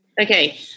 Okay